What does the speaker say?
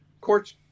courts